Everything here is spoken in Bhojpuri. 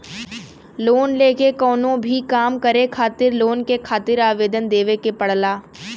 लोन लेके कउनो भी काम करे खातिर लोन के खातिर आवेदन देवे के पड़ला